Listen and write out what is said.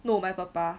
no my papa